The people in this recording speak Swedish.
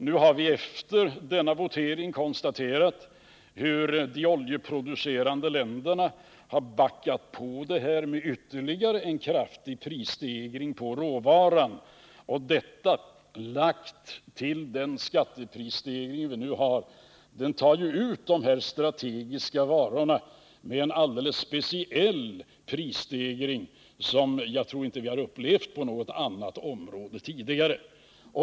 Efter den voteringen har vi konstaterat hur de oljeproducerande länderna har backat på skatteeffekterna med ytterligare en kraftig prisstegring på råvaran. Denna råvaruprishöjning lagd till skatteprisstegringen skiljer ut de här strategiska varorna med en alldeles speciell prisstegring som jag inte tror att vi har upplevt på något annat område tidigare.